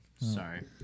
Sorry